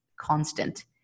constant